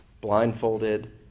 blindfolded